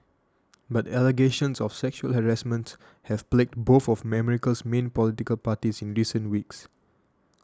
but allegations of sexual harassment have plagued both of America's main political parties in recent weeks